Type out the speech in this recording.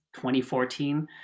2014